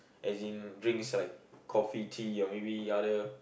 as in drinks like coffee tea or maybe other